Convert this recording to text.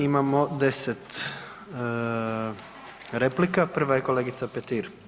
Imamo 10 replika, prva je kolegica Petir.